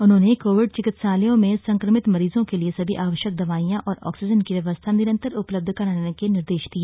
उन्होंने कोविड चिकित्सालयों में संक्रमित मरीजों के लिए सभी आवश्यक दवाईयॉ और ऑक्सीजन की व्यवस्था निरंतर उपलब्ध कराने के निर्देश दिए